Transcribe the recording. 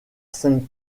sainte